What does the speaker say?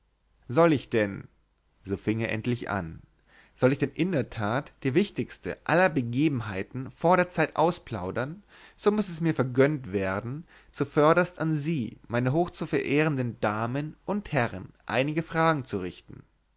soll ich denn fing er endlich an soll ich denn in der tat die wichtigste aller begebenheiten vor der zeit ausplaudern so muß es mir vergönnt werden zuvörderst an sie meine hochzuverehrenden damen und herren einige fragen zu richten